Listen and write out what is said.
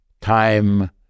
time